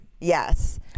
Yes